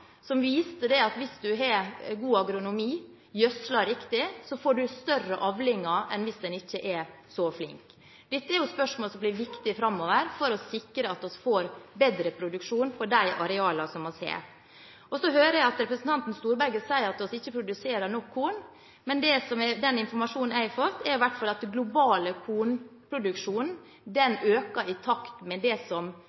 som viste at hvis en har god agronomi, gjødsler riktig, får en større avlinger enn hvis en ikke er så flink. Dette er spørsmål som blir viktige framover, for å sikre at vi får bedre produksjon på de arealene som vi har. Så hører jeg at representanten Storberget sier at vi ikke produserer nok korn, men den informasjonen jeg har fått, er i hvert fall at den globale